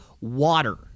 water